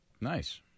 Nice